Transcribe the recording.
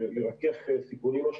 ולרכך סיכונים.